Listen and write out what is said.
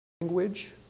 language